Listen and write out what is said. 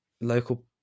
local